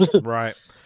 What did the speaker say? Right